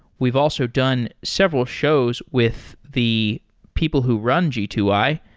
we've also done several shows with the people who run g two i,